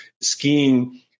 skiing